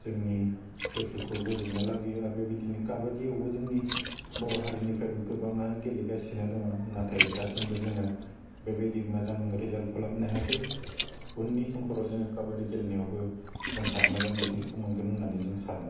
जोंनि गोसोखौ गोजोन्नाय लाबोयो आरो बेबायदिनो काबादियावबो जोंनि बर' हारिनिफ्रायबो गोबाङा गेलेगासिनो दङ नाथाय दासिमबो जोङो बेबायदि मोजां रिजाल्टखौ लाबोनो हायाखै उननि समफ्राव जोंहा काबादि गेलेनायावबो जोंहा मोजां बिथाइखौ मोनगोन होन्नानै जों सानो